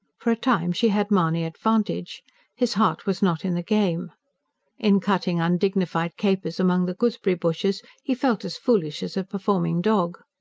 for a time, she had mahony at vantage his heart was not in the game in cutting undignified capers among the gooseberry-bushes he felt as foolish as a performing dog.